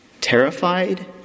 terrified